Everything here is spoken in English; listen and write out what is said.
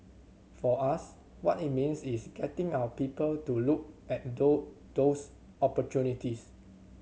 for us what it means is getting our people to look at those those opportunities